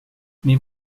mes